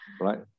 right